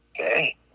Okay